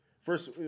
First